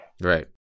Right